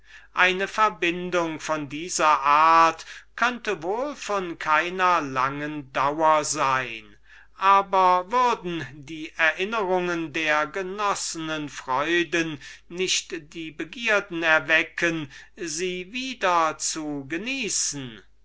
eine verbindung von dieser art könnte von keiner langen dauer sein aber würden die erinnerungen der genoßnen freuden nicht die begierde erwecken sie wieder zu genießen